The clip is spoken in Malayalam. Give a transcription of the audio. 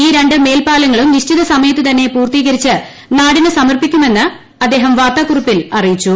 ഈ ്യർണ്ട് മേൽപ്പാലങ്ങളും നിശ്ചിത സമയത്ത് തന്നെ പൂർത്തീകരിച്ച് നാടിന് സമർപ്പിക്കുമെന്ന് മന്ത്രി വാർത്താകുറിപ്പിൽ അറിയിച്ചു